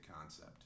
concept